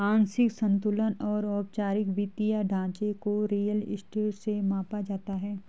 आंशिक संतुलन और औपचारिक वित्तीय ढांचे को रियल स्टेट से मापा जाता है